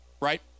right